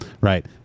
right